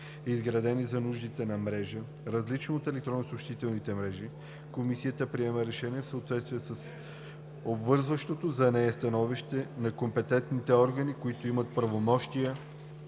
изградена за нуждите на мрежи, различни от електронни съобщителни мрежи, Комисията приема решение в съответствие с обвързващо за нея становище на компетентните органи, които имат правомощия